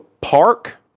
park